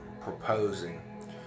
proposing